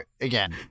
again